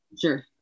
Sure